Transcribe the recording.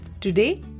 today